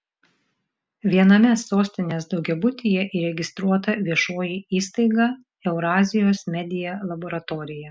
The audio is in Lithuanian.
viename sostinės daugiabutyje įregistruota viešoji įstaiga eurazijos media laboratorija